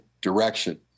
direction